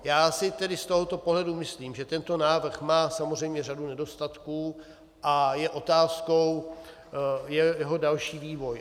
Já si tedy z tohoto pohledu myslím, že tento návrh má samozřejmě řadu nedostatků a je otázkou jeho další vývoj.